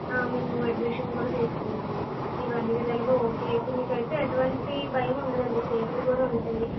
మేము అడ్మిషన్ కూడా తీసుకుంటాము మీకు అన్ని విధాలుగా ఓకే అయితే మీకయితే ఎటువంటి భయము ఉండదండి సేఫ్టీ కూడా ఉంటుంది